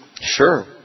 Sure